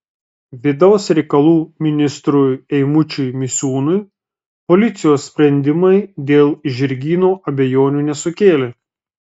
vidaus reikalų ministrui eimučiui misiūnui policijos sprendimai dėl žirgyno abejonių nesukėlė